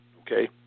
Okay